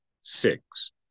six